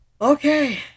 Okay